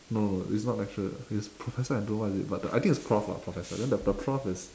no no no it's not lecturer it's professor and don't know what is it but the I think it's prof lah professor then the the prof is